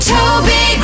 Toby